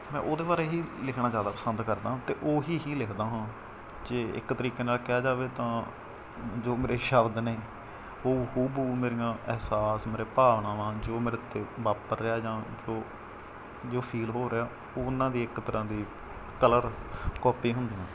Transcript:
ਮੈਂ ਉਹਦੇ ਬਾਰੇ ਹੀ ਲਿਖਣਾ ਜ਼ਿਆਦਾ ਪਸੰਦ ਕਰਦਾ ਅਤੇ ਉਹ ਹੀ ਹੀ ਲਿਖਦਾ ਹਾਂ ਜੇ ਇੱਕ ਤਰੀਕੇ ਨਾਲ ਕਿਹਾ ਜਾਵੇ ਤਾਂ ਜੋ ਮੇਰੇ ਸ਼ਬਦ ਨੇ ਉਹ ਹੂ ਬ ਹੂ ਮੇਰੀਆਂ ਅਹਿਸਾਸ ਮੇਰੇ ਭਾਵਨਾਵਾਂ ਜੋ ਮੇਰੇ 'ਤੇ ਵਾਪਰ ਰਿਹਾ ਜਾਂ ਜੋ ਜੋ ਫੀਲ ਹੋ ਰਿਹਾ ਉਹਨਾਂ ਦੇ ਇੱਕ ਤਰ੍ਹਾਂ ਦੀ ਕਲਰ ਕਾਪੀ ਹੁੰਦੀਆਂ